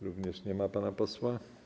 Również nie ma pana posła.